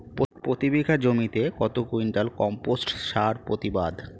প্রতি বিঘা জমিতে কত কুইন্টাল কম্পোস্ট সার প্রতিবাদ?